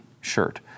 shirt